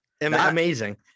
amazing